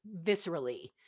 viscerally